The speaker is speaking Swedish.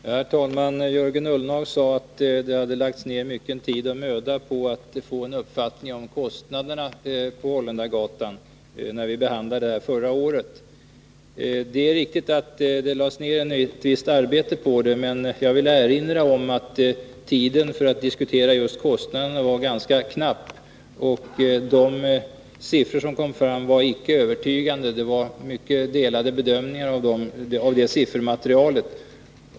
Herr talman! Jörgen Ullenhag sade att det hade lagts ner mycken tid och möda på att få en uppfattning om kostnaderna för verksamheten vid Holländargatan när vi behandlade den frågan förra året. Det är riktigt att det lades ner ett visst arbete på det, men jag vill erinra om att tiden för att diskutera just kostnaderna var ganska knapp. Och de siffror som kom fram var icke övertygande — det gjordes mycket olika bedömningar av siffermaterialet.